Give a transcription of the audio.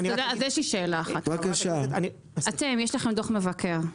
אז יש לי שאלה אחת: יש לכם דוח מבקר.